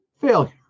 failure